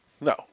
No